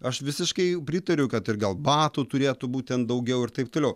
aš visiškai pritariu kad ir gal batų turėtų būt ten daugiau ir taip toliau